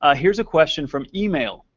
ah here's a question from email.